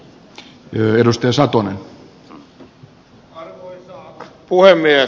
arvoisa puhemies